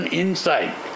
inside